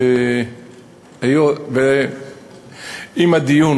אם הדיון